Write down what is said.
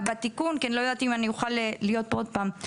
בתיקון כי אני לא יודעת אם אוכל להיות פה שוב.